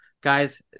Guys